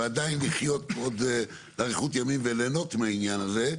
ועדיין לחיות באריכות ימים ולהנות מהעניין הזה,